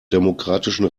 demokratischen